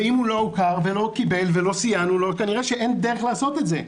ואם הוא לא מוכר ולא קיבל ולא סייענו לו כנראה שאין דרך לעשות את זה.